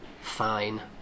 fine